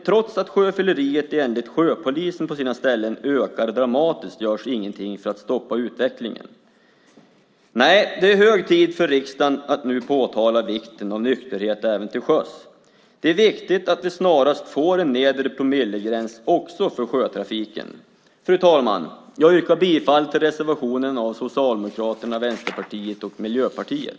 Trots att sjöfylleriet enligt sjöpolisen på sina ställen ökar dramatiskt görs det ingenting för att stoppa utvecklingen. Nej, det är hög tid för riksdagen att nu påtala vikten av nykterhet även till sjöss. Det är viktigt att vi snarast får en nedre promillegräns också för sjötrafiken. Fru talman! Jag yrkar bifall till reservationen från Socialdemokraterna, Vänsterpartiet och Miljöpartiet.